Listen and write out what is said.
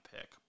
pick